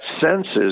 senses